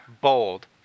bold